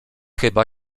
chyba